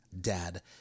dad